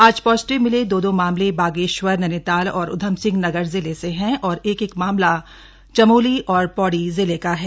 आज पॉजिटिव मिले दो दो मामले बागेश्वर नैनीताल और उधमसिंह नगर जिले से हैं और एक एक मामला चमोली और पौड़ी जिले का है